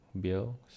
bill